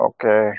Okay